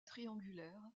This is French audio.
triangulaire